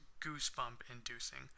goosebump-inducing